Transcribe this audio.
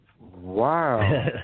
Wow